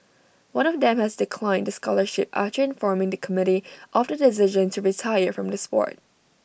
one of them has declined the scholarship at informing the committee of the decision to retire from the Sport